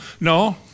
No